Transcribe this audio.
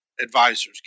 advisors